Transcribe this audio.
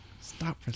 Stop